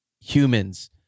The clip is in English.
humans